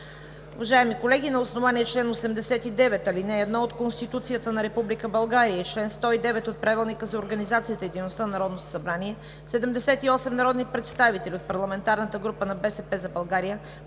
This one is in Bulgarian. Уважаеми колеги, на основание чл. 89, ал. 1 от Конституцията на Република България и чл. 109 от Правилника за организацията и дейността на Народното събрание 78 народни представители от парламентарната група на „БСП за България“